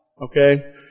Okay